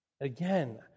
Again